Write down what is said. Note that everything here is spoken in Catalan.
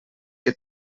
que